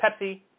Pepsi